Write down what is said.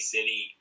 City